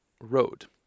road